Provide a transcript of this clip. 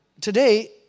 today